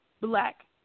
black